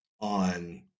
on